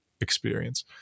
experience